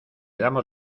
damos